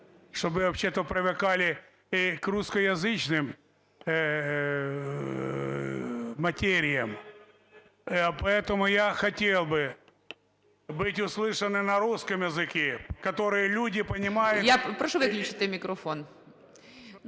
Прошу виключити мікрофон.